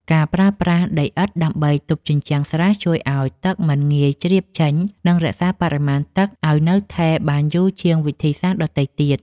ការប្រើប្រាស់ដីឥដ្ឋដើម្បីទប់ជញ្ជាំងស្រះជួយឱ្យទឹកមិនងាយជ្រាបចេញ និងរក្សាបរិមាណទឹកឱ្យនៅថេរបានយូរជាងវិធីសាស្ត្រដទៃទៀត។